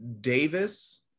Davis